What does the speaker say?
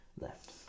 left